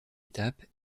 étape